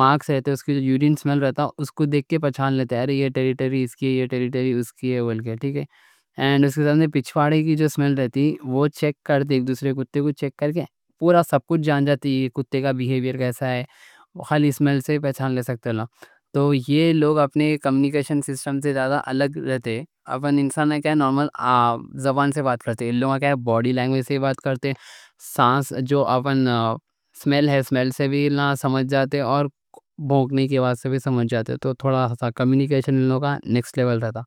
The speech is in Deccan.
مارکس رہتے، اس کے جو یورین سمیل رہتا، اس کو دیکھ کے پہچان لیتے: یہ ٹیریٹری اس کی، یہ ٹیریٹری اس کی، اوکے ٹھیک ہے. اور اس کے ساتھ میں پچھواڑے کی جو سمیل رہتی، وہ چیک کرتے، دوسرے کتے کو چیک کرتے، پورا سب کچھ جان جاتی ہے. کتے کا بیہیوئر کیسا ہے، خالی سمیل سے پہچان لے سکتے. تو یہ لوگ اپنے کمیونکیشن سسٹم سے زیادہ الگ رہتے، اپنے انسانوں کی زبان سے بات کرتے، ان لوگوں کے باڈی لینگویج سے بات کرتے، سینس جو اپنے سمیل سے بھی سمجھ جاتے، اور بھونکنے کے بات سے بھی سمجھ جاتے. تو تھوڑا سا کمیونکیشن ان لوگوں کا نیکس لیول رہتا.